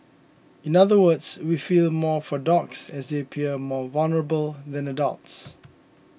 in other words we feel more for dogs as they appear more vulnerable than adults